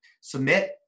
submit